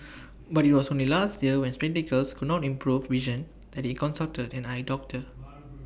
but IT was only last year when spectacles could not improve vision that he consulted an eye doctor